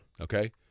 Okay